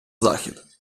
захід